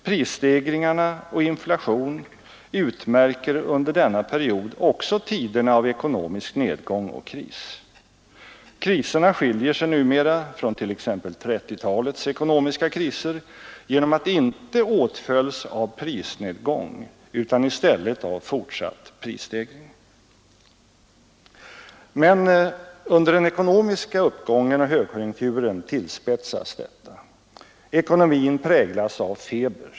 Prisstegringar och inflation utmärker under denna period också tiderna av ekonomisk nedgång och kris. Kriserna skiljer sig numera från t.ex. 1930-talets ekonomiska kriser genom att de inte åtföljs av prisnedgång, utan i stället av fortsatt prisuppgång. Men under den ekonomiska uppgången och högkonjunkturen tillspetsas detta. Ekonomin präglas av feber.